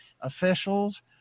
officials